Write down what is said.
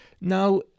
Now